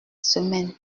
semaine